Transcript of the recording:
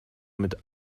mit